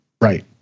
right